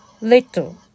Little